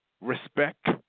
respect